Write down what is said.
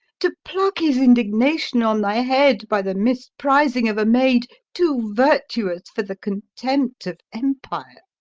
to pluck his indignation on thy head by the misprizing of a maid too virtuous for the contempt of empire.